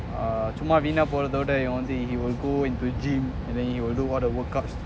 uh சும்மா வீனா போறத விட இது வந்து:summa veena poratha vida ithu vanthu he will go into gym and then he will do all the workouts